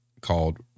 called